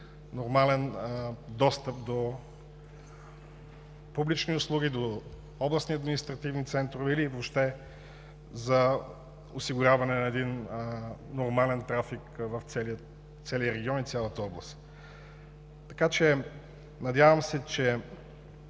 нормален достъп до публични услуги, до областни административни центрове или въобще за осигуряване на нормален трафик в целия регион и цялата област. Надявам се, че